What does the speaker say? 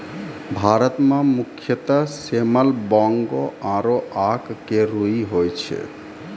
भारत मं मुख्यतः सेमल, बांगो आरो आक के रूई होय छै